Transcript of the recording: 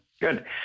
Good